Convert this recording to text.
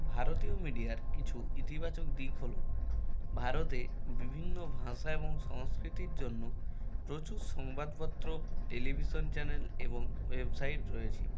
ভারতীয় মিডিয়ার কিছু ইতিবাচক দিক হল ভারতে বিভিন্ন ভাষা এবং সংস্কৃতির জন্য প্রচুর সংবাদপত্র টেলিভিশন চ্যানেল এবং ওয়েবসাইট রয়েছে